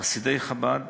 "חסידי חב"ד